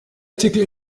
artikel